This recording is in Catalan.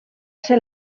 ser